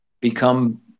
become